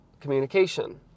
communication